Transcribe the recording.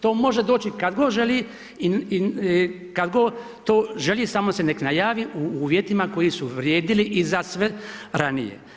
To može doći kad god želi i kad god to želi samo neka se najavi u uvjetima koji su vrijedili i za sve ranije.